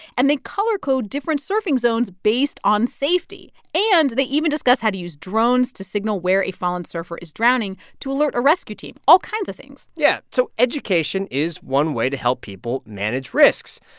and they color-code different surfing zones based on safety. and they even discuss discuss how to use drones to signal where a fallen surfer is drowning to alert a rescue team all kinds of things yeah. so education is one way to help people manage risks.